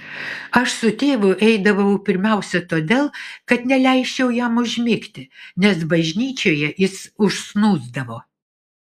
aš su tėvu eidavau pirmiausia todėl kad neleisčiau jam užmigti nes bažnyčioje jis užsnūsdavo